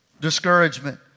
discouragement